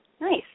Nice